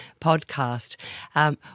podcast